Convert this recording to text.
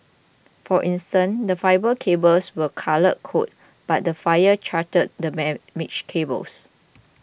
for instance the fibre cables were colour coded but the fire charred the damaged cables